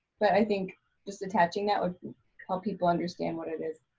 but i think just attaching that would help people understand what it is.